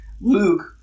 Luke